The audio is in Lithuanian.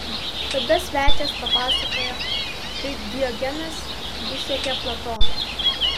tada svečias papasakojo kaip diogenas išjuokė platoną